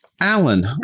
Alan